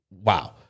wow